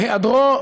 בהיעדרו,